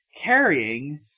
carrying